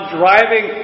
driving